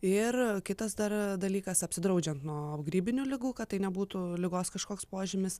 ir kitas dar dalykas apsidraudžiant nuo grybinių ligų kad tai nebūtų ligos kažkoks požymis